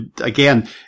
again